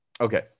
Okay